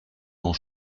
grand